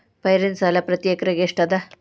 ಪೈರಿನ ಸಾಲಾ ಪ್ರತಿ ಎಕರೆಗೆ ಎಷ್ಟ ಅದ?